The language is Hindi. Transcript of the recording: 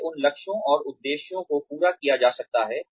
कैसे उन लक्ष्यों और उद्देश्यों को पूरा किया जा सकता है